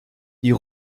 die